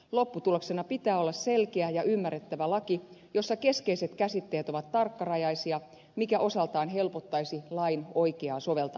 lopputuloksena pitää olla selkeä ja ymmärrettävä laki jossa keskeiset käsitteet ovat tarkkarajaisia mikä osaltaan helpottaisi lain oikeaa soveltamista